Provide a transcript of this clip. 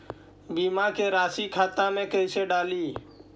बीमा के रासी खाता में कैसे डाली?